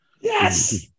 yes